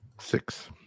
Six